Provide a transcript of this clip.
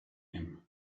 him